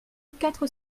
quatre